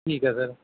ਠੀਕ ਹੈ ਸਰ